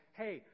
hey